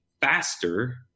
faster